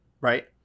Right